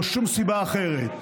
לא שום סיבה אחרת.